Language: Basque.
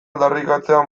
aldarrikatzea